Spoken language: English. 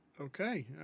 Okay